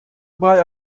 buy